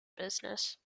business